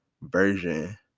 version